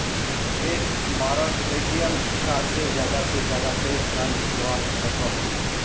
एक बारोत ATM card से ज्यादा से ज्यादा कई हजार निकलवा सकोहो ही?